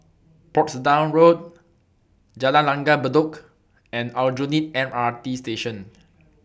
Portsdown Road Jalan Langgar Bedok and Aljunied M R T Station